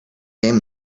game